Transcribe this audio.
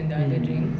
mmhmm